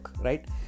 right